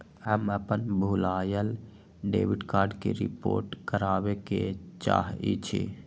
हम अपन भूलायल डेबिट कार्ड के रिपोर्ट करावे के चाहई छी